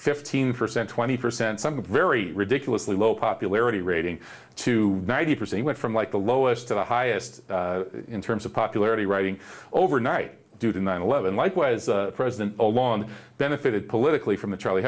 fifteen percent twenty percent some very ridiculously low popularity rating to ninety percent went from like the lowest to the highest in terms of popularity rating overnight due to nine eleven like was president along benefited politically from the charlie